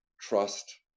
trust